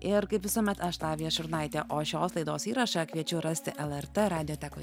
ir kaip visuomet aš lavija šurnaitė o šios laidos įrašą kviečiu rasti lrt radiotekoj